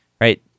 right